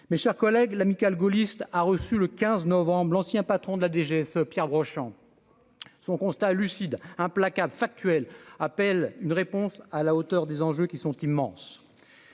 mes chers collègues, l'Amicale gaulliste a reçu le 15 novembre l'ancien patron de la DGSE, Pierre Brochand son constat lucide, implacable factuel, appelle une réponse à la hauteur des enjeux qui sont immenses.